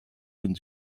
den